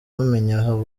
mumenya